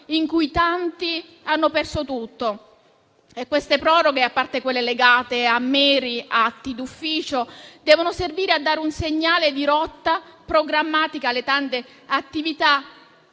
in cui tanti hanno perso tutto e queste proroghe, a parte quelle legate a meri atti d'ufficio, devono servire a dare un segnale di rotta programmatica alle tante attività